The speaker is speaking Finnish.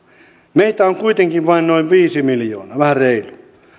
meitä on kuitenkin vain noin viisi miljoonaa vähän reilu